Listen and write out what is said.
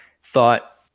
thought